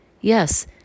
Yes